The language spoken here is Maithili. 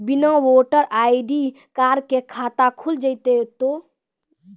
बिना वोटर आई.डी कार्ड के खाता खुल जैते तो?